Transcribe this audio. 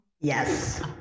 Yes